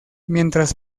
mientras